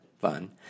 Fun